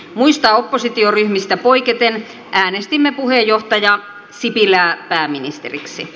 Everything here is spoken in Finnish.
muista oppositioryhmistä poiketen äänestimme puheenjohtaja sipilää pääministeriksi